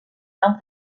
van